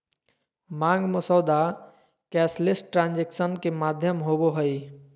मांग मसौदा cashless transaction के माध्यम होबो हइ